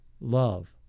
love